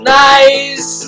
nice